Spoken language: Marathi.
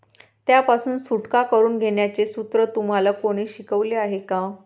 त्यापासून सुटका करून घेण्याचे सूत्र तुम्हाला कोणी शिकवले आहे का?